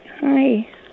Hi